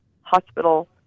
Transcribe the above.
hospital